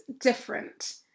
different